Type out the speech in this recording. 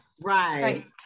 right